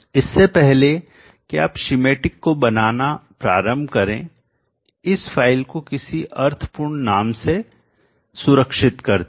इससे पहले कि आप schematic को बनाना प्रारंभ करें इस फाइल को किसी अर्थपूर्ण नाम से सुरक्षित करते हैं